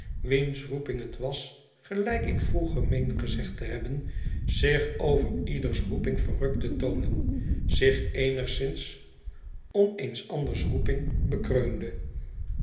wiens roeping het was gelijk ik vroeger meen gezegd te hebben zich over ieders roeping verrukt te toonen zich eenigszins om eens anders roeping bekreunde